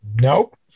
nope